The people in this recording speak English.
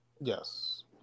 Yes